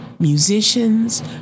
musicians